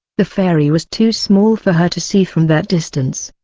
the fairy was too small for her to see from that distance.